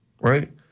Right